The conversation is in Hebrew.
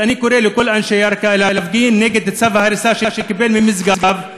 אז אני קורא לכל אנשי ירכא להפגין נגד צו ההריסה שקיבל ממשגב,